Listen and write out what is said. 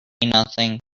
nothing